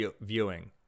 viewing